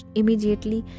immediately